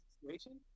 situation